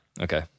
Okay